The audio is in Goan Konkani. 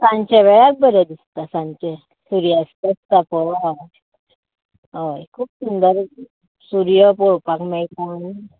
सांच्या वेळार बरें दिसता सांचे सुर्यास्त आसता पळय हय हय खूब सुंदर सुर्य पळोवपाक मेळटा न्हय